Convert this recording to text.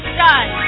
done